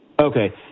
Okay